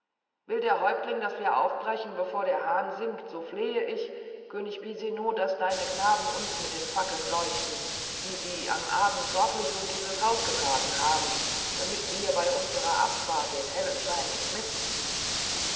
will der häuptling daß wir aufbrechen bevor der hahn singt so flehe ich könig bisino daß deine knaben uns mit den fackeln leuchten die sie am abend sorglich um dieses haus getragen haben damit wir bei unserer abfahrt den hellen schein nicht missen